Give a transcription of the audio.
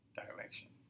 direction